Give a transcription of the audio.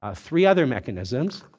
ah three other mechanisms.